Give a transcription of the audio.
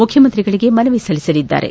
ಮುಖಮಂತ್ರಿಗಳಿಗೆ ಮನವಿ ಸಲ್ಲಿಸಲಿದ್ದಾರೆ